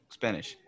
Spanish